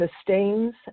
sustains